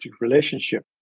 relationship